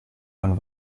und